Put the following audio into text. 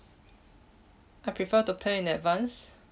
I prefer to pay in advance